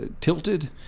tilted